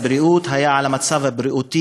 הרווחה והבריאות היה דיון על המצב הבריאותי